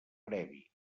previ